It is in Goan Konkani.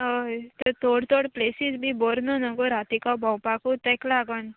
हय तर थोडी थोडी प्लेसीस बी बोर न्हू न्हू गो रातीको भोंवपाकू ताका लागोन